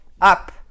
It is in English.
up